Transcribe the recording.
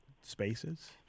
spaces